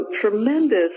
tremendous